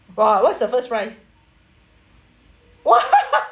!wah! what's the first prize !wah!